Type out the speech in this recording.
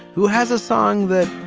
who has a song that.